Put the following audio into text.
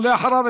ואחריו,